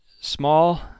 small